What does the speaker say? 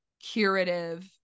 curative